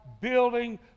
building